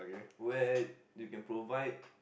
where you can provide